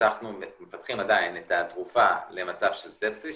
פיתחנו ומפתחים עדיין את התרופה למצב של ספסיס,